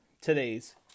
today's